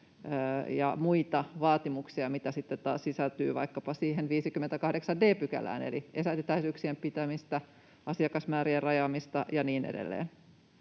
ja muihin vaatimuksiin, joita taas sisältyy vaikkapa siihen 58 d §:ään, eli etäisyyksien pitämiseen, asiakasmäärien rajaamiseen ja niin edelleen.